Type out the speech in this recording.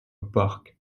park